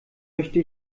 möchte